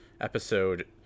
episode